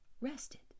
rested